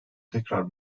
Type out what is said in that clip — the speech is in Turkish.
tekrar